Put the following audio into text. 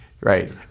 Right